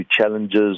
challenges